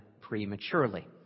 prematurely